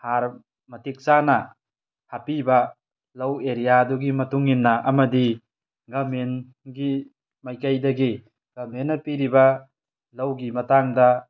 ꯍꯥꯔ ꯃꯇꯤꯛ ꯆꯥꯅ ꯍꯥꯞꯄꯤꯕ ꯂꯧ ꯑꯦꯔꯤꯌꯥꯗꯨꯒꯤ ꯃꯇꯨꯡꯏꯟꯅ ꯑꯃꯗꯤ ꯒꯃꯦꯟꯒꯤ ꯃꯥꯏꯀꯩꯗꯒꯤ ꯒꯃꯦꯟꯅ ꯄꯤꯔꯤꯕ ꯂꯧꯒꯤ ꯃꯇꯥꯡꯗ